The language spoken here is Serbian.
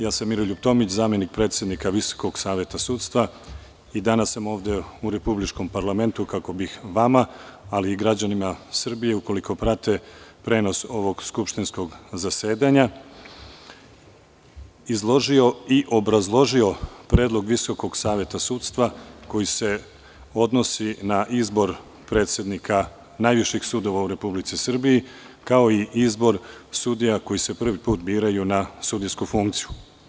Ja sam Miroljub Tomić, zamenik predsednika Visokog saveta sudstva i danas sam ovde u republičkom parlamentu kako bih vama, ali i građanima Srbije, ukoliko prate prenos ovog skupštinskog zasedanja, izložio i obrazložio predlog Visokog saveta sudstva koji se odnosi na izbor predsednika najviših sudova u Republici Srbiji, kao i izbor sudija koji se prvi put biraju na sudijsku funkciju.